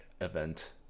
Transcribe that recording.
event